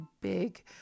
big